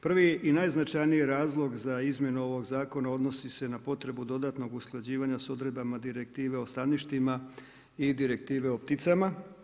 Prvi i najznačajniji razlog za izmjenu ovog zakona, odnosi se na potrebu dodatnog usklađivanja s odredbama direktive o staništima i direktive o pticama.